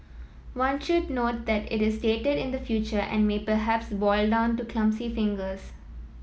one should note that it is dated in the future and may perhaps boil down to clumsy fingers